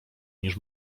niż